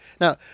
Now